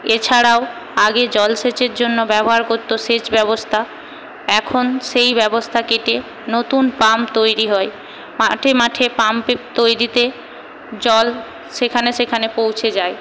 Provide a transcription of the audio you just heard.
এছাড়াও আগে জলসেচের জন্য ব্যবহার করত সেচ ব্যবস্থা এখন সেই ব্যবস্থা কেটে নতুন পাম্প তৈরি হয় মাঠে মাঠে পাম্পের তৈরিতে জল সেখানে সেখানে পৌঁছে যায়